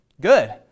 Good